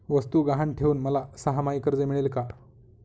वस्तू गहाण ठेवून मला सहामाही कर्ज मिळेल का?